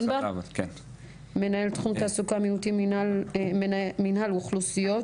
מנהל תחום תעסוקה מנהל אוכלוסיות.